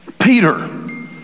Peter